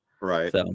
Right